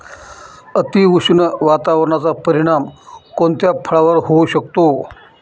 अतिउष्ण वातावरणाचा परिणाम कोणत्या फळावर होऊ शकतो?